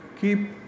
keep